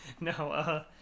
No